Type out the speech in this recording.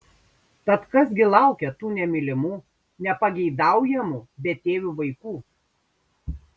tad kas gi laukia tų nemylimų nepageidaujamų betėvių vaikų